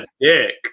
dick